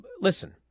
listen